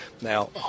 Now